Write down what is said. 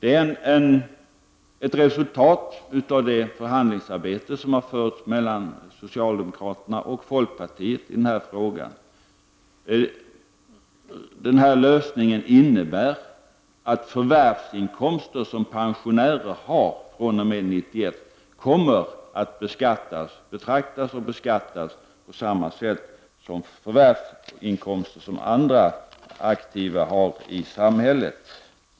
Det är ett resultat av det förhandlingsarbete som har förts mellan socialdemokraterna och folkpartiet i denna fråga. Den här lösningen innebär att förvärvsinkomster som pensionärer har fr.o.m. 1991 kommer att betraktas och beskattas på samma sätt som förvärvsinkomster som aktiva har i samhället.